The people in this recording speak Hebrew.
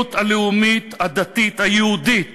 הקיצוניות הלאומית הדתית היהודית